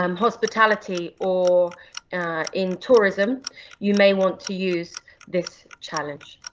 um hospitality, or in tourism you may want to use this challenge.